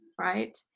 right